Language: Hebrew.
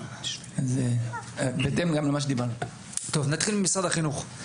טוב, נתחיל ממשרד החינוך.